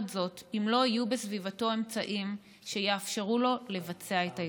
זאת אם לא יהיו בסביבתו אמצעים שיאפשרו לו לבצע את ההתאבדות.